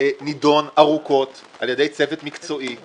נדון ארוכות על ידי צוות מקצועי,